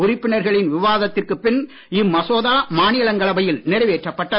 உறுப்பினர்களின் விவாதத்திற்குப் பின் இம்மசோதா மாநிலங்களவையில் நிறைவேற்றப் பட்டது